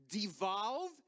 devolve